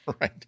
Right